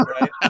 right